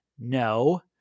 No